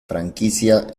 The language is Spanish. franquicia